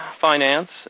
finance